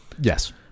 yes